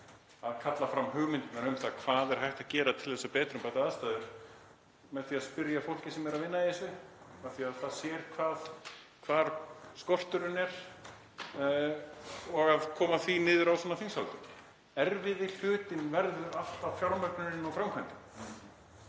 að kalla fram hugmyndirnar um það hvað er hægt að gera til að betrumbæta aðstæður með því að spyrja fólkið sem er að vinna í þessu, af því að það sér hvar skorturinn er, og koma því svo inn í svona þingsályktunartillögu. Erfiði hlutinn verður alltaf fjármögnunin og framkvæmdin.